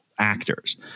actors